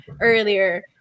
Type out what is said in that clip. earlier